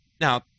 Now